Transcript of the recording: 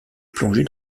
plongée